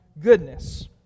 goodness